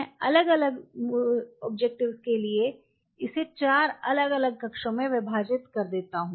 मैं अलग अलग उद्देश्यों के लिए इसे चार अलग अलग कक्षों में विभाजित हो जाता हूं